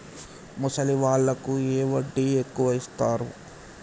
ముసలి వాళ్ళకు ఏ వడ్డీ ఎక్కువ ఇస్తారు?